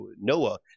Noah